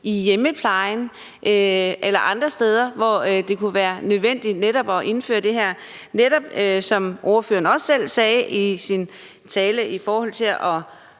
hjemmeplejen eller andre steder, hvor det kunne være nødvendigt at indføre det – netop, som ordføreren også selv sagde i sin tale, for at